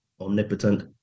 omnipotent